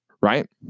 right